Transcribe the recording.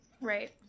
Right